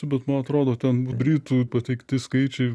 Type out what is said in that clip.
bet man atrodo ten britų pateikti skaičiai